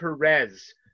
Perez